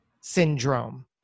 syndrome